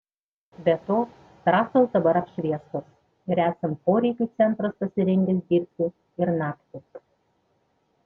be to trasos dabar apšviestos ir esant poreikiui centras pasirengęs dirbti ir naktį